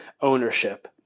Ownership